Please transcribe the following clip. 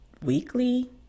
weekly